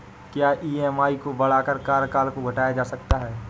क्या ई.एम.आई को बढ़ाकर कार्यकाल को घटाया जा सकता है?